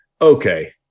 okay